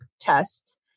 tests